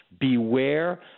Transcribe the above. beware